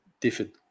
differed